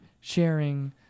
sharing